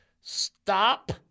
Stop